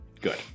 Good